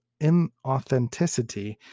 inauthenticity